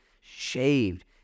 shaved